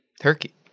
Turkey